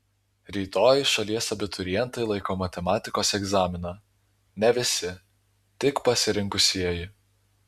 rytoj šalies abiturientai laiko matematikos egzaminą ne visi tik pasirinkusieji